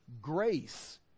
grace